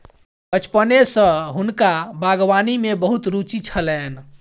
बचपने सॅ हुनका बागवानी में बहुत रूचि छलैन